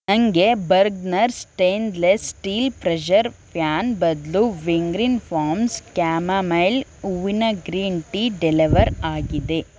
ನನಗೆ Bergner stainless steel pressure pan ಬದಲು Wingreens farms chamomile ಹೂವಿನ ಗ್ರೀನ್ ಟೀ ಡೆಲಿವರ್ ಆಗಿದೆ